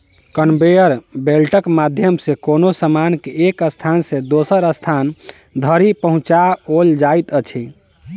conveyor बेल्टक माध्यम सॅ कोनो सामान के एक स्थान सॅ दोसर स्थान धरि पहुँचाओल जाइत अछि